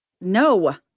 No